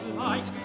light